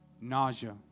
nausea